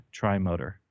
Trimotor